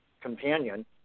companion